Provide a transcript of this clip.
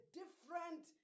different